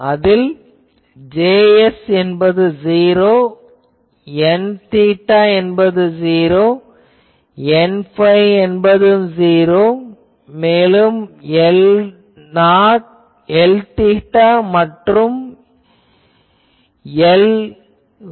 அதில் Js என்பது '0' Nθ என்பது '0' Nϕ என்பது '0' மேலும் Lθ மற்றும் Lϕ